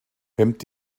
hemmt